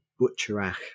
butcherach